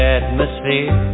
atmosphere